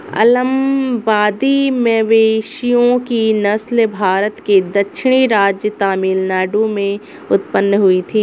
अलंबादी मवेशियों की नस्ल भारत के दक्षिणी राज्य तमिलनाडु में उत्पन्न हुई थी